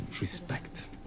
respect